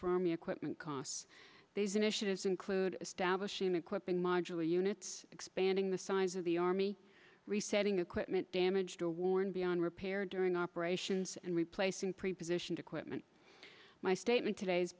army equipment costs these initiatives include establishing equipping modular units expanding the size of the army resetting equipment damaged or worn beyond repair during operations and replacing prepositioned equipment my statement today